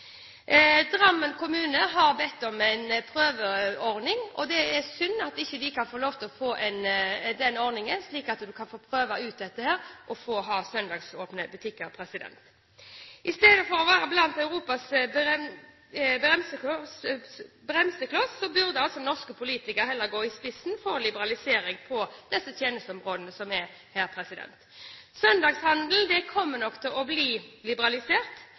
Drammen kommune har bedt om en prøveordning, og det er synd at de ikke kan få lov til å få prøve ut den ordningen, slik at en kan få ha søndagsåpne butikker. Istedenfor å være Europas bremsekloss burde norske politikere heller gå i spissen for en liberalisering på disse tjenesteområdene. Søndagshandel kommer nok til å bli liberalisert,